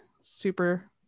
super